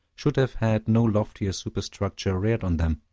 should have had no loftier superstructure reared on them.